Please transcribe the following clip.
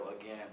again